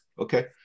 Okay